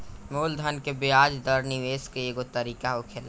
मूलधन के ब्याज दर निवेश के एगो तरीका होखेला